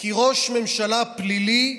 כי ראש ממשלה פלילי,